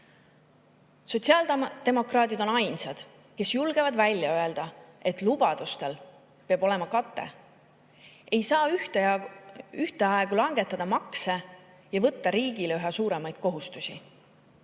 saime. Sotsiaaldemokraadid on ainsad, kes julgevad välja öelda, et lubadustel peab olema kate. Ei saa ühtaegu langetada makse ja võtta riigile üha suuremaid kohustusi.